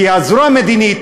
כי הזרוע המדינית,